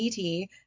ET